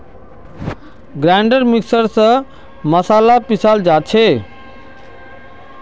grinder mixer स मसाला पीसाल जा छे